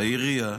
העירייה